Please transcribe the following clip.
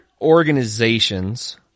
organizations